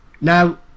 Now